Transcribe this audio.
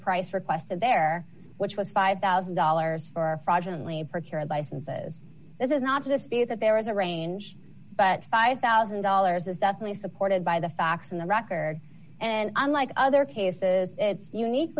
price requested there which was five thousand dollars for fraudulent leaper care and licenses this is not to dispute that there is a range but five thousand dollars is definitely supported by the facts in the record and unlike other cases it's unique